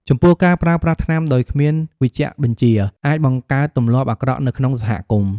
ចំពោះការប្រើប្រាស់ថ្នាំដោយគ្មានវេជ្ជបញ្ជាអាចបង្កើតទម្លាប់អាក្រក់នៅក្នុងសហគមន៍ ។